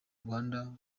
rwanda